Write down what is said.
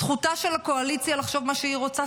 זכותה של הקואליציה לחשוב מה שהיא רוצה.